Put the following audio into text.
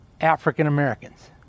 African-Americans